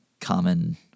common –